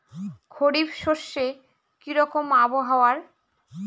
খরিফ শস্যে কি রকম আবহাওয়ার?